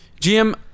GM